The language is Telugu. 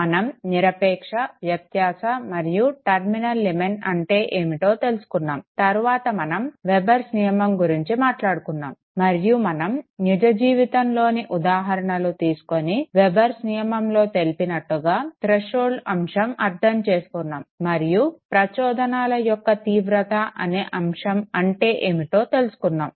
మనం నిరపేక్ష వ్యత్యాస మరియు టర్మినల్ లిమెన్ అంటే ఏమిటో తెలుసుకున్నాము తరువాత మనం వెబర్స్ నియమం గురించి మాట్లాడుకున్నాము మరియు మనం నిజ జీవితంలోని ఉదాహరణలు తీసుకొని వెబర్స్ నియమంలో తెలిపినట్లుగా థ్రెషోల్డ్ అంశం అర్ధం చేసుకున్నాము మరియు ప్రచోదనాల యొక్క తీవ్రత అనే అంశం అంటే ఏమిటో తెలుసుకున్నాము